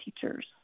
teachers